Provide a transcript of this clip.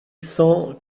cent